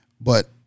But-